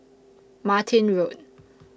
Martin Road